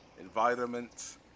environment